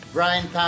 Brian